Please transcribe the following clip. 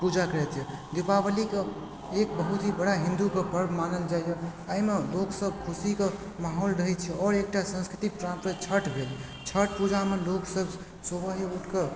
पूजा करतै दीपावलीके एक बहुत ही बड़ा हिन्दूके पर्व मानल जाइया एहिमे लोक सब खुशीके माहौल रहै छै आओर एहिमे एकटा सांस्कृतिक परम्परा छठ भेल छठ पूजामे लोक सभ सवेरे उठिकऽ